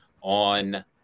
on